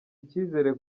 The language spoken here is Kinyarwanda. icyizere